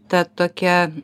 ta tokia